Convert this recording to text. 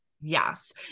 yes